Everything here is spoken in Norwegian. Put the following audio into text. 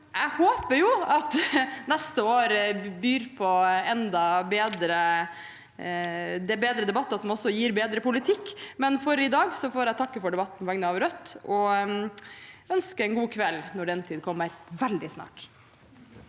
Jeg håper at neste år byr på enda bedre debatter, som også gir bedre politikk, men for i dag får jeg takke for debatten på vegne av Rødt og ønske god kveld når den tid kommer – veldig snart.